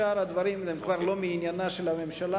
ושאר הדברים הם כבר לא מעניינה של הממשלה,